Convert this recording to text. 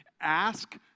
Ask